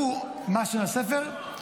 מה שם הספר?